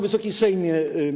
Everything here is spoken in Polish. Wysoki Sejmie!